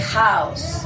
house